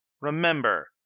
Remember